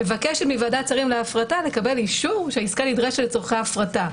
מבקשת מוועדת שרים להפרטה לקבל אישור שהעסקה נדרשת לצורכי הפרטה.